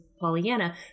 Pollyanna